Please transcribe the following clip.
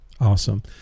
awesome